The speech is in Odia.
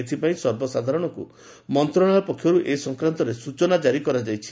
ଏଥିପାଇଁ ସର୍ବସାଧାରଣଙ୍କୁ ମନ୍ତ୍ରଣାଳୟ ପକ୍ଷରୁ ଏ ସଂକ୍ରାନ୍ତରେ ସୂଚନା କାରି କରାଯାଇଛି